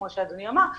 כמו שאדוני אמר,